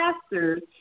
pastors